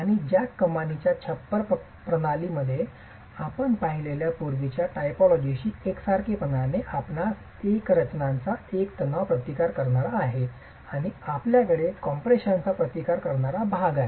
आणि जॅक कमानीच्या छप्पर प्रणालीमध्ये आपण पाहिलेल्या पूर्वीच्या टायपॉलॉजीशी एकसारखेपणाने आपणास रचनाचा एक तणाव प्रतिकार करणारा आहे आणि आपल्याकडे कॉम्प्रेशनचा प्रतिकार करणारा भाग आहे